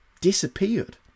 disappeared